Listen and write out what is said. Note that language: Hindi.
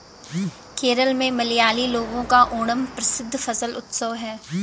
केरल में मलयाली लोगों का ओणम प्रसिद्ध फसल उत्सव है